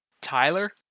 Tyler